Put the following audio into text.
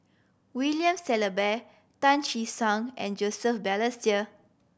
William Shellabear Tan Che Sang and Joseph Balestier